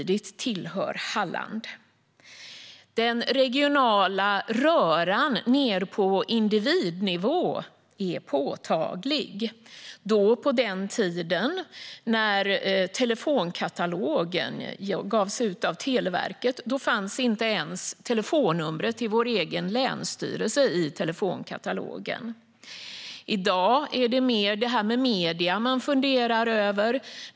Den regionala röran ned på individnivå är påtaglig. På den tiden när telefonkatalogen gavs ut av Televerket fanns inte ens telefonnumret till vår egen länsstyrelse i telefonkatalogen. I dag är det medierna man funderar över.